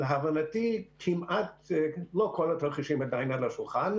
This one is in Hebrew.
להבנתי, לא כל התרחישים על השולחן.